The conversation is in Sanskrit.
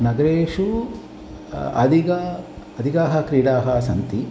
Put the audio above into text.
नगरेषु अधिकाः अधिकाः क्रीडाः सन्ति